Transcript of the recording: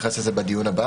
בדיון הבא